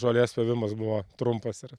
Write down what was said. žolės pjovimas buvo trumpas ir